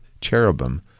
cherubim